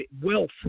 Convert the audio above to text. wealth